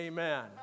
Amen